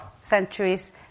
centuries